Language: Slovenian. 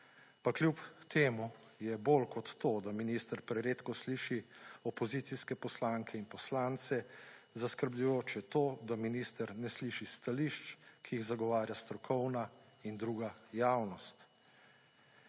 pa kljub temu je bolj kot, da minister preredko sliši opozicijske poslanke in poslance zaskrbljujoče to, da minister ne sliši stališč, ki jih zagovarja strokovna in druga javnost.